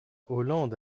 hollande